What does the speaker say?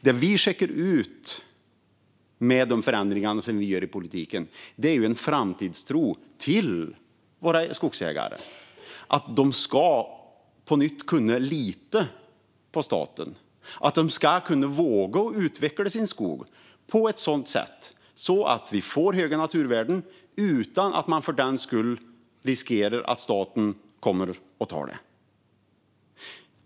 Vad vi skickar ut med de förändringar vi gör i politiken är en framtidstro till våra skogsägare att de på nytt ska kunna lita på staten och att de ska våga utveckla sin skog på ett sådant sätt att vi får höga naturvärden utan att de för den skull riskerar att staten kommer och tar det.